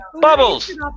Bubbles